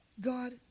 God